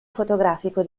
fotografico